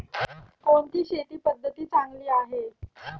कोणती शेती पद्धती चांगली आहे?